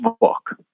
book